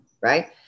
Right